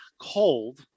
cold